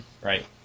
Right